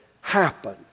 happen